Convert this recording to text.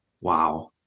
Wow